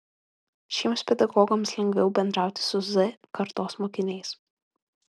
šiems pedagogams lengviau bendrauti su z kartos mokiniais